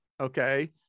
okay